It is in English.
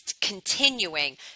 continuing